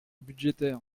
budgétaire